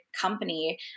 company